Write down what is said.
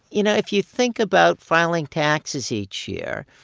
you know, if you think about filing taxes each year,